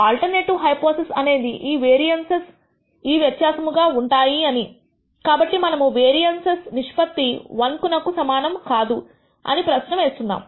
alternative hypothesis అనేది ఈ variances ఈ వ్యత్యాసము గా ఉంది ఉంటాయి అని కాబట్టి మనము వేరియన్స్ నిష్పత్తి 1 నకు సమానము కాదు అని ప్రశ్న వేస్తున్నాము